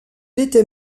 était